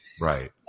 Right